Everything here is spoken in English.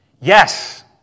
Yes